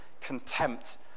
contempt